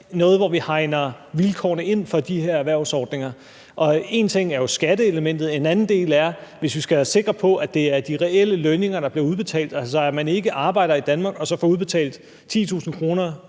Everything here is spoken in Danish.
noget, hvor vi hegner vilkårene ind for de her erhvervsordninger. En ting er skatteelementet, en anden ting er, at hvis vi skal være sikre på, at det er de reelle lønninger, der bliver udbetalt, altså at man ikke arbejder i Danmark og så får udbetalt 10.000 kr.